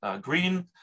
green